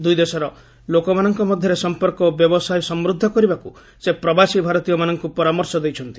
ଦୁଇଦେଶର ଲୋକମାନଙ୍କ ମଧ୍ୟରେ ସମ୍ପର୍କ ଓ ବ୍ୟବସାୟ ସମୃଦ୍ଧ କରିବାକୁ ସେ ପ୍ରବାସୀ ଭାରତୀୟମାନଙ୍କୁ ପରାମର୍ଶ ଦେଇଛନ୍ତି